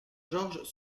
georges